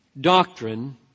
doctrine